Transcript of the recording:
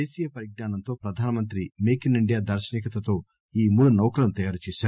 దేశీయ పరిజ్ఞానంతో ప్రధానమంత్రి మేక్ ఇన్ ఇండియా దార్పనికతతో ఈ మూడు నౌకలను తయారు చేసారు